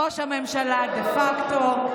ראש הממשלה דה פקטו,